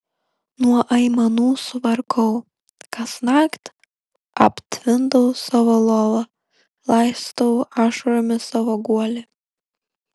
nuo aimanų suvargau kasnakt aptvindau savo lovą laistau ašaromis savo guolį